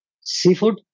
Seafood